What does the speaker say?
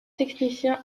technicien